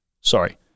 sorry